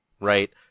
right